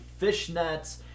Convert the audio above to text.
fishnets